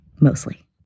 Mostly